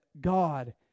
God